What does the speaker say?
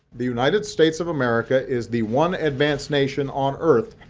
the united states of america is the one advanced nation on earth